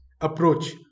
approach